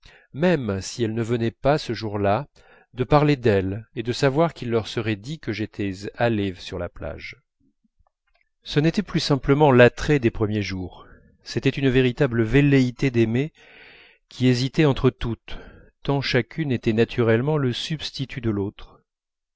même si elles ne venaient pas ce jour-là de parler d'elles et de savoir qu'il leur serait dit que j'étais allé sur la plage ce n'était plus simplement l'attrait des premiers jours c'était une véritable velléité d'aimer qui hésitait entre toutes tant chacune était naturellement le résultat de l'autre